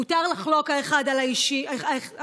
מותר לחלוק האחד על השני,